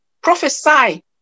prophesy